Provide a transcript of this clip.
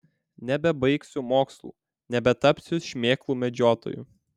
nebebaigsiu mokslų nebetapsiu šmėklų medžiotoju